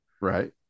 right